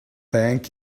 thank